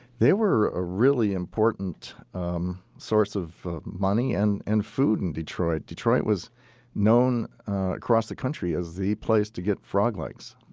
they were a really important um source of money and and food in detroit. detroit was known across the country as the place to get frog legs.